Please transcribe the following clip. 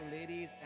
ladies